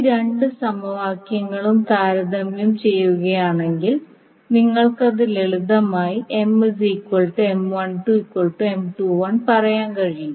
ഈ രണ്ട് സമവാക്യങ്ങളും താരതമ്യം ചെയ്യുകയാണെങ്കിൽ നിങ്ങൾക്ക് അത് ലളിതമായി പറയാൻ കഴിയും